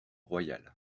royal